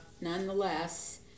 nonetheless